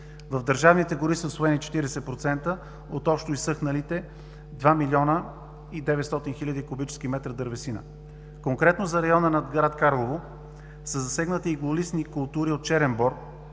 В държавните гори са усвоени 40% от общо изсъхналите 2 млн. 900 хил. кубически метра дървесина. Конкретно за района над град Карлово са засегнати иголистни култури от черен бор,